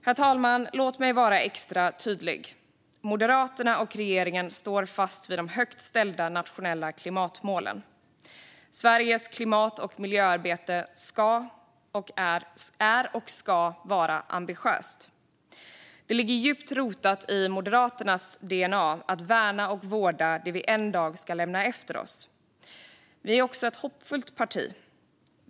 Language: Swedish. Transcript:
Herr talman! Låt mig vara extra tydlig: Moderaterna och regeringen står fast vid de högt ställda nationella klimatmålen. Sveriges klimat och miljöarbete är och ska vara ambitiöst. Det ligger djupt rotat i Moderaternas dna att värna och vårda det vi en dag ska lämna efter oss. Vi är också ett hoppfullt parti.